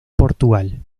portugal